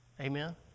Amen